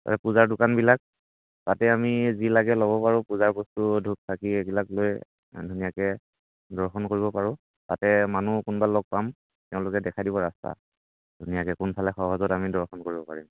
পূজাৰ দোকানবিলাক তাতে আমি যি লাগে ল'ব পাৰোঁ পূজাৰ বস্তু ধূপ চাকি এইবিলাক লৈ ধুনীয়াকৈ দৰ্শন কৰিব পাৰোঁ তাতে মানুহ কোনোবা লগ পাম তেওঁলোকে দেখাই দিব ৰাস্তা ধুনীয়াকৈ কোনফালে সহজত আমি দৰ্শন কৰিব পাৰিম